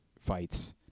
fights